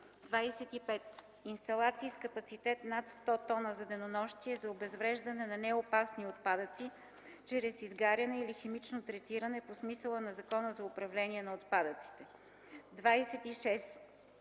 25. Инсталации с капацитет над 100 т за денонощие за обезвреждане на неопасни отпадъци чрез изгаряне или химично третиране по смисъла на Закона за управление на отпадъците. 26.